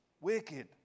Wicked